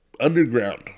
underground